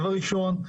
דבר ראשון,